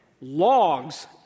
logs